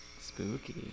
spooky